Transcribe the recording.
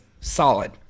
solid